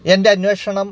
എൻ്റന്വേഷണം